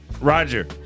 Roger